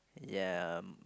ya